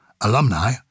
alumni